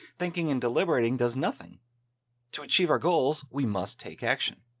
thinking and deliberating does nothing to achieve our goals. we must take action.